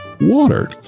water